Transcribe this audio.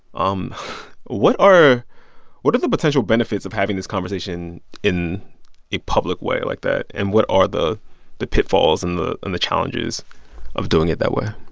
um what are what are the potential benefits of having this conversation in a public way like that, and what are the the pitfalls and the and the challenges of doing it that way?